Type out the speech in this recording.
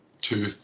two